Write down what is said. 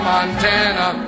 Montana